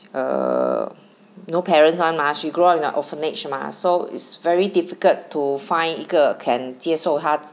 err no parents [one] mah she grew up in an orphanage mah so is very difficult to find 一个 can 接受她